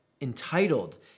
entitled